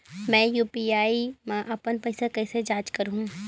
मैं यू.पी.आई मा अपन पइसा कइसे जांच करहु?